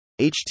ht